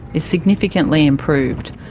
is significantly improved.